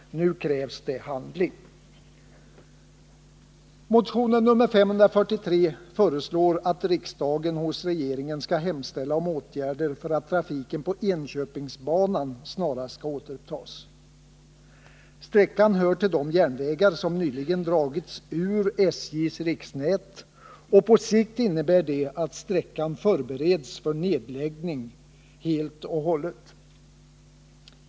Nu krävs det handling. I motion nr 543 föreslås att riksdagen hos regeringen skall hemställa om åtgärder för att trafiken på Enköpingsbanan snarast skall återupptas. Sträckan hör till de järnvägar som nyligen dragits ur SJ:s riksnät, och på sikt innebär detta att sträckan förbereds för nedläggning helt och hållet.